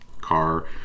car